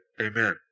Amen